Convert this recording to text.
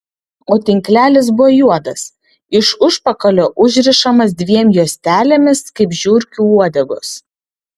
o tinklelis buvo juodas iš užpakalio užrišamas dviem juostelėmis kaip žiurkių uodegos